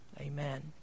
amen